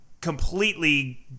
completely